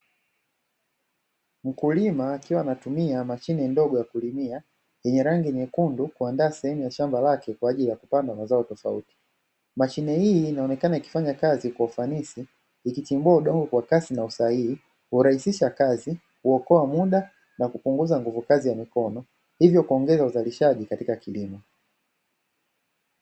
Mkulima akiwa anatumia mashine ndogo ya kulimia yenye rangi nyekundu kuandaa sehemu ya shamba lake kwa ajili ya kupanda mazao tofauti. Mashine hii inaonekana ikifanya kazi kwa ufanisi ikichimbua udongo kwa kasi na usahihi hurahisisha kazi, huokoa mda na kupunguza nguvu kazi ya mikono hivyo kuongeza uzalishaji katika kilimo.